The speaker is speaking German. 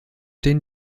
den